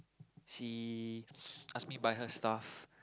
she ask me buy her stuff